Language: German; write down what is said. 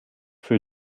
für